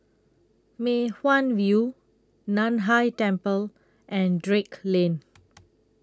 Mei Hwan View NAN Hai Temple and Drake Lane